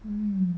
mm